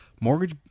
mortgage